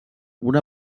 una